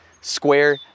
square